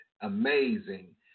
amazing